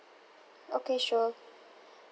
okay sure